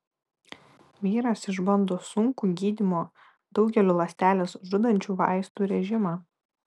vyras išbando sunkų gydymo daugeliu ląsteles žudančių vaistų režimą